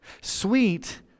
sweet